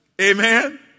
Amen